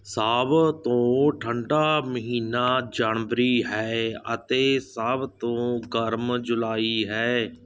ਸਭ ਤੋਂ ਠੰਢਾ ਮਹੀਨਾ ਜਨਵਰੀ ਹੈ ਅਤੇ ਸਭ ਤੋਂ ਗਰਮ ਜੁਲਾਈ ਹੈ